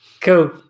Cool